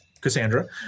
Cassandra